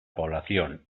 población